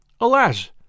Alas